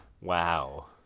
Wow